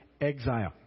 exile